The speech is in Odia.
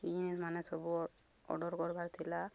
ମାନେ ସବୁ ଅର୍ଡ଼ର୍ କର୍ବାର୍ ଥିଲା